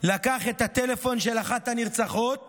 לקח את הטלפון של אחת הנרצחות